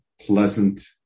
pleasant